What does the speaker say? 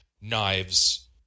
knives